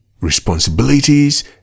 responsibilities